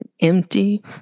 empty